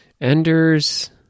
enders